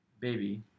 baby